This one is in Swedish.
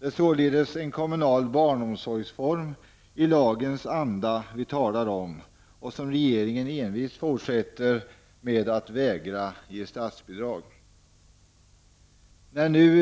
Det är således en kommunal barnomsorgsform i lagens anda vi talar om, som regeringen envist fortsätter att vägra ge statsbidrag till.